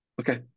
Okay